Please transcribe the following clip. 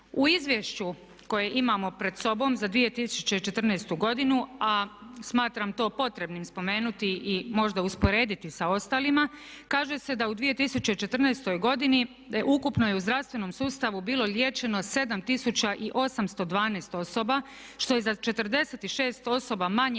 U izvješću koje imamo pred sobom za 2014. godinu a smatram to potrebnim spomenuti i možda usporediti sa ostalima, kaže se da u 2014. ukupno je u zdravstvenom sustavu bilo liječeno 7812 osoba što je za 46 osoba manje